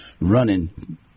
running